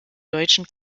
deutschen